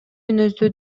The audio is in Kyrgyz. мүнөздүү